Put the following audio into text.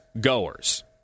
goers